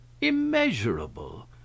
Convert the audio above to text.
immeasurable